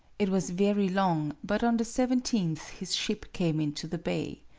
it was very long but on the seventeenth his ship came into the bay.